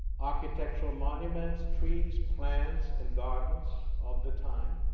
architectural monuments, trees, plants, and gardens of the time,